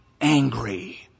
angry